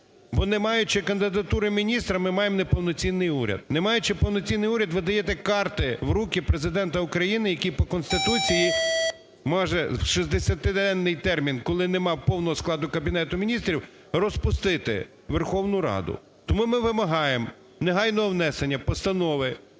Бо, не маючи кандидатури міністра, ми маємо неповноцінний уряд. Не маючи повноцінний уряд, ви даєте карти в руки Президента України, який по Конституції може в шестидесятиденний термін, коли немає повного складу Кабінету Міністрів розпустити Верховну Раду. Тому ми вимагаємо негайного внесення постанови